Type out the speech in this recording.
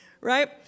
Right